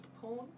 porn